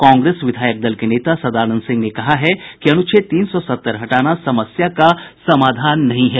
कांगेस विधायक दल के नेता सदानंद सिंह ने कहा है कि अनुच्छेद तीन सौ सत्तर हटाना समस्या का समाधान नहीं है